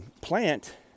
plant